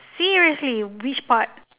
seriously which part